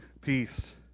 peace